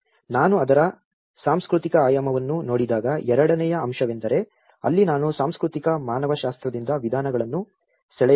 ನಾನು ಅದರ ಸಾಂಸ್ಕೃತಿಕ ಆಯಾಮವನ್ನು ನೋಡಿದಾಗ ಎರಡನೆಯ ಅಂಶವೆಂದರೆ ಅಲ್ಲಿ ನಾನು ಸಾಂಸ್ಕೃತಿಕ ಮಾನವಶಾಸ್ತ್ರದಿಂದ ವಿಧಾನಗಳನ್ನು ಸೆಳೆಯಬೇಕು